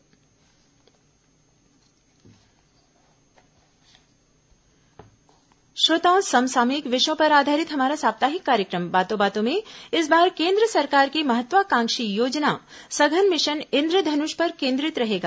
बातों बातों में श्रोताओं समसामयिक विषयों पर आधारित हमारा साप्ताहिक कार्यक्रम बातों बातों में इस बार केन्द्र सरकार की महत्वाकांक्षी योजना मिशन इन्द्रधनुष पर केंद्रित रहेगा